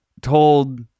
told